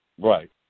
Right